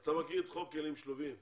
אתה מכיר את חוק כלים שלובים?